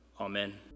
Amen